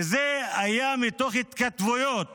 וזה היה מתוך התכתבויות